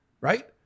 right